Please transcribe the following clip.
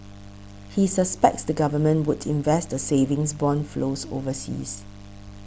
he suspects the government would invest the savings bond flows overseas